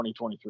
2023